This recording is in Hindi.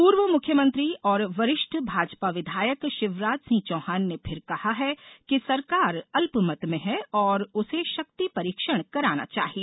पूर्व मुख्यमंत्री और वरिष्ठ भाजपा विधायक शिवराज सिंह चौहान ने फिर कहा है कि सरकार अल्पमत में हैं और उसे शक्ति परीक्षण कराना चाहिए